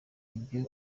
ibyo